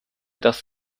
das